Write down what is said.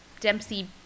Dempsey